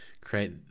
create